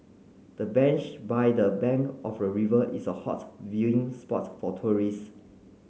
the bench by the bank of the river is a hot viewing spot for tourist